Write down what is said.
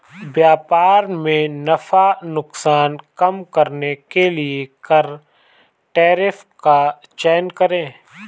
व्यापार में नफा नुकसान कम करने के लिए कर टैरिफ का चयन करे